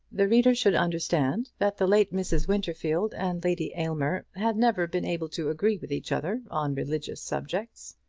the reader should understand that the late mrs. winterfield and lady aylmer had never been able to agree with each other on religious subjects.